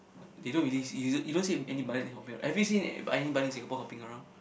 they don't really see you don't see any bunny hopping around have you seen any bunny in Singapore hopping around